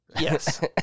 Yes